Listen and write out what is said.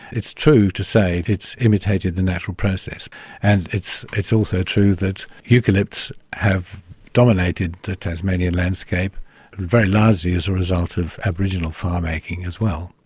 it's true to say it's imitated the natural process and it's it's also true that eucalypts have dominated the tasmanian landscape very largely as a result of aboriginal fire-making as well.